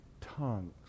tongues